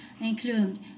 including